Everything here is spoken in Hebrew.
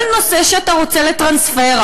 כל נושא שאתה רוצה לטרנספר,